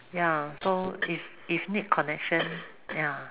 ya so if if need connection ya